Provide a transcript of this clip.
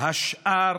השאר